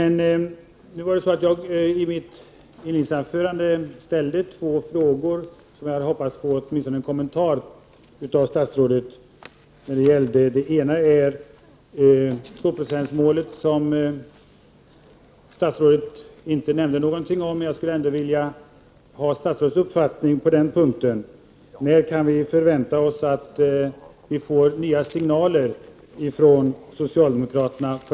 1988/89:99 I mitt inledningsanförande ställde jag två frågor som jag hade hoppats att 19 april 1989 åtminstone få en kommentar till av statsrådet. Den ena frågan handlade om tvåprocentsmålet, som statsrådet inte nämnde någonting om. Jag skulle ändå vilja höra statsrådets uppfattning på den punkten. När kan vi förvänta oss nya signaler från socialdemokraterna?